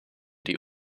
die